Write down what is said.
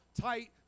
tight